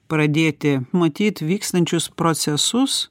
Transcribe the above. pradėti matyt vykstančius procesus